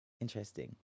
Interesting